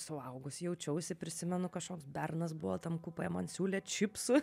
suaugus jaučiausi prisimenu kažkoks bernas buvo ten kupė man siūlė čipsų